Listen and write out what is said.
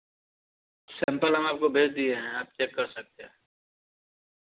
sample हम आपको भेज दिए हैं आप चेक कर सकते हैं